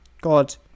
God